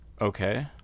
Okay